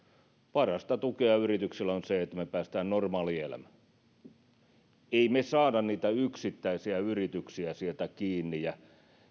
parasta tukea yrityksille on se että me pääsemme normaalielämään emme me saa niitä yksittäisiä yrityksiä sieltä kiinni ja